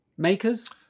Makers